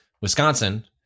Wisconsin